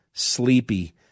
Sleepy